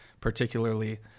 particularly